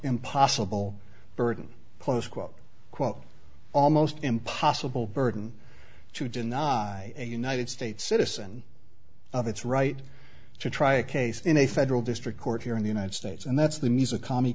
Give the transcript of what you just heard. impossible burden close quote unquote almost impossible burden to deny a united states citizen of its right to try a case in a federal district court here in the united states and that's the music c